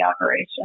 operation